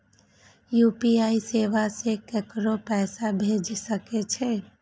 UPI सेवा से ककरो पैसा भेज सके छी?